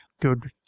good